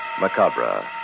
Macabre